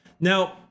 Now